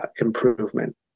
improvement